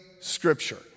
scripture